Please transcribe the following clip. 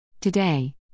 Today